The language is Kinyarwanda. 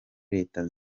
leta